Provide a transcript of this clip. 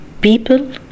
people